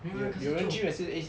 没有人可是就